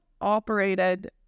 operated